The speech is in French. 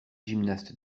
gymnastes